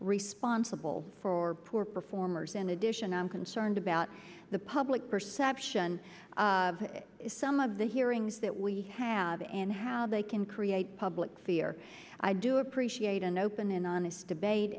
responsible for poor performers in addition i'm concerned about the public perception is some of the hearings that we have and how they can create public fear i do appreciate an open and honest debate